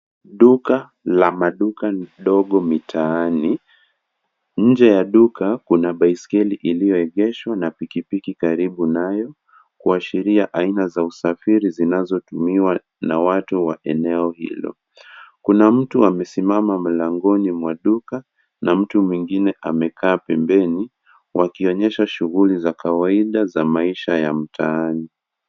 Duka la maduka ndogo mitaani. Nje ya duka kuna baiskeli iliyoegeshwa na pikipiki karibu nayo kuashiria aina za usafiri zinazotumiwa na watu wa ene hilo. Kuna mtu amesimama mlangoni mwa duka na mtu mwengine amekaa pembeni wakionyesha shughuli za kawaida za maisha ya mtaani.